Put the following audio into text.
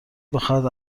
بخواهد